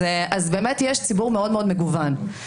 באמת יש ציבור מאוד מאוד מגוון.